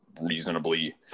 reasonably